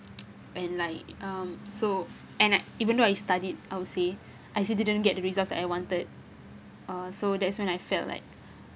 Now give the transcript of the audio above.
and like um so and I even though I studied I will say I still didn't get the results that I wanted uh so that's when I felt like